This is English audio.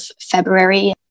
February